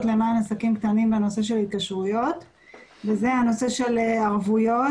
למען עסקים קטנים בנושא של התקשרויות וזה הנושא של ערבויות.